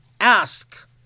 ask